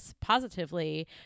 positively